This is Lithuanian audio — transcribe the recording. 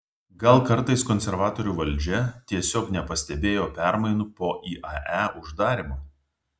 gal kartais konservatorių valdžia tiesiog nepastebėjo permainų po iae uždarymo